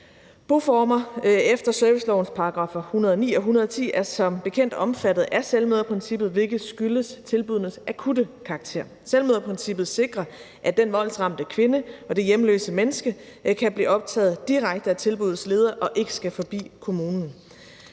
Boformer efter servicelovens §§ 109 og 110 er som bekendt omfattet af selvmøderprincippet, hvilket skyldes tilbuddenes akutte karakter. Selvmøderprincippet sikrer, at den voldsramte kvinde og det hjemløse menneske kan blive optaget direkte af tilbuddets leder og ikke skal forbi kommunen.